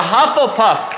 Hufflepuff